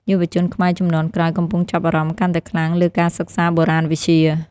យុវជនខ្មែរជំនាន់ក្រោយកំពុងចាប់អារម្មណ៍កាន់តែខ្លាំងលើការសិក្សាបុរាណវិទ្យា។